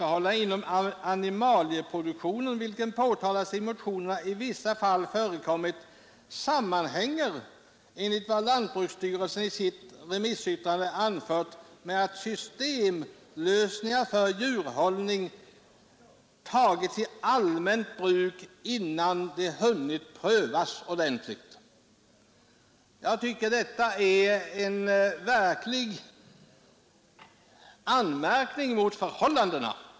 Utskottet säger: ”Att mis tionen, vilket påtalats i motionerna, i vissa fall förekommit, sammanhänger enligt vad lantbruksstyrelsen i remissyttrande anfört med att systemlösningar för djurhållning tagits i allmänt bruk innan de hunnit prövats ordentligt.” Jag tycker detta är en verklig anmärkning mot förhållandena.